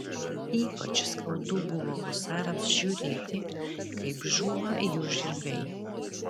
ypač skaudu buvo husarams žiūrėti kaip žūva jų žirgai